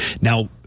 Now